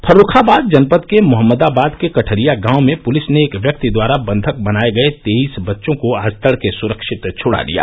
फर्रुखाबाद जनपद के मोहम्मदाबाद के कठरिया गांव में पुलिस ने एक व्यक्ति द्वारा बंधक बनाए गए तेईस बच्चों को आज तड़के सुरक्षित छड़ा लिया